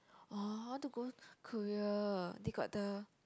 !wah! I want to go Korea they got the